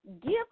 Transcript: give